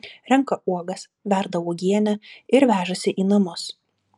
renka uogas verda uogienę ir vežasi į namus